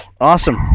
Awesome